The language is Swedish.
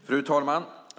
Fru talman!